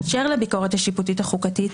אשר לביקורת השיפוטית החוקתית,